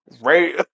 right